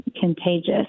Contagious